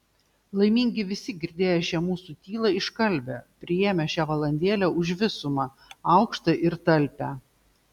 laimingi visi girdėję šią mūsų tylą iškalbią priėmę šią valandėlę už visumą aukštą ir talpią